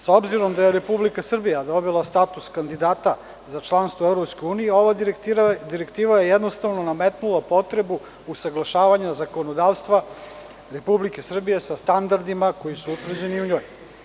S obzirom da je Republika Srbija dobila status kandidata za članstvo u EU, ova direktiva je jednostavno nametnula potrebu usaglašavanja zakonodavstva Republike Srbije sa standardima koji su utvrđeni u njoj.